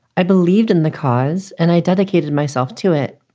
i believed in the cause and i dedicated myself to it.